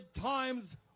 times